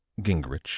Gingrich